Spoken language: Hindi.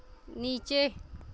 नीचे